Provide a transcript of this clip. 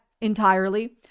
entirely